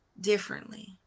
differently